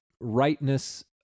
rightness